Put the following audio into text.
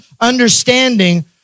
understanding